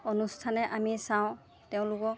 অনুষ্ঠানে আমি চাওঁ তেওঁলোকক